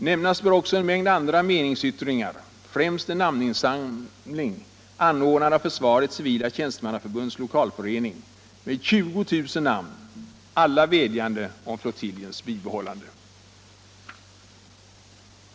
Nämnas bör också en mängd andra meningsyttringar, främst en av försvarets civila tjänstemannaförbunds lokalförening anordnad namninsamling med 20000 namn, alla vädjande om flottiljens bibehållande.